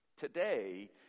today